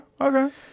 okay